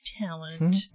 talent